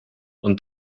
und